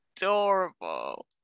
adorable